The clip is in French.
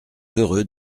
heureux